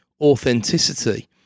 authenticity